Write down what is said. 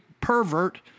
pervert